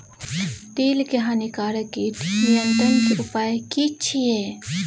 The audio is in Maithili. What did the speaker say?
तिल के हानिकारक कीट नियंत्रण के उपाय की छिये?